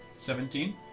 Seventeen